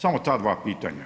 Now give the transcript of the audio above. Samo ta dva pitanja.